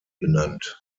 genannt